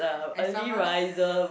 as someone